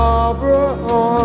Barbara